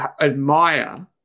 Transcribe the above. admire